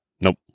Nope